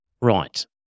Right